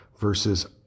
versus